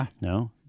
No